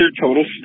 total